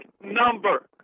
number